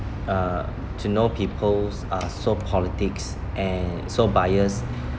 uh to know people's uh so politics and so biased